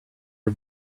are